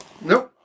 Nope